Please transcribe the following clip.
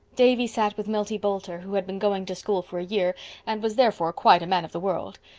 davy sat with milty boulter, who had been going to school for a year and was therefore quite a man of the world.